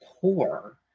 core